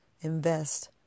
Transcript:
Invest